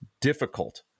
difficult